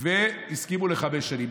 הסכימו לחמש שנים.